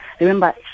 Remember